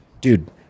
Dude